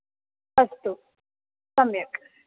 अस्तु सम्यक्